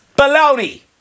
baloney